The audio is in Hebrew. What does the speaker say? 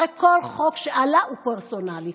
הרי כל חוק שעלה הוא פרסונלי,